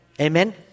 Amen